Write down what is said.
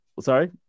sorry